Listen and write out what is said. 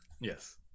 Yes